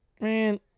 Man